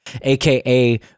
aka